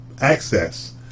access